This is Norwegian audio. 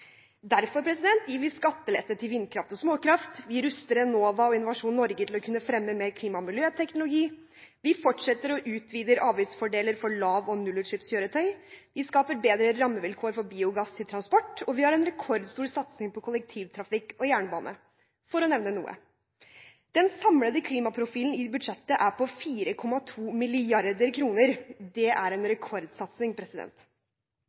Derfor gir vi skattelette til vindkraft og småkraft, vi ruster Enova og Innovasjon Norge til å kunne fremme mer klima- og miljøteknologi, vi fortsetter og utvider avgiftsfordeler for lav- og nullutslippskjøretøy, vi skaper bedre rammevilkår for biogass til transport, og vi har en rekordstor satsing på kollektivtrafikk og jernbane – for å nevne noe. Den samlede klimaprofilen i budsjettet er på 4,2 mrd. kr – det er en